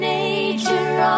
Nature